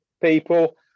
people